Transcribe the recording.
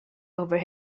over